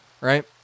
right